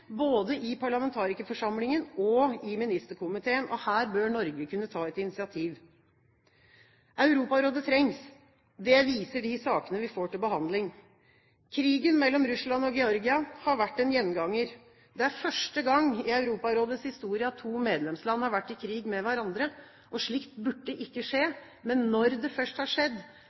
både i parlamentarikerforsamlingen og i ministerkomiteen. Her bør Norge kunne ta et initiativ. Europarådet trengs. Det viser de sakene vi får til behandling. Krigen mellom Russland og Georgia har vært en gjenganger. Det er første gang i Europarådets historie at to medlemsland har vært i krig med hverandre. Slikt burde ikke skje, men når det først har skjedd,